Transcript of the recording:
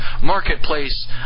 marketplace